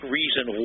reason